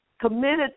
committed